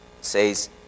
says